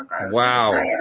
wow